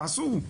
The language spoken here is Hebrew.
כעסו,